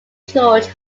george